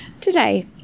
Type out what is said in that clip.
today